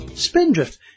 Spindrift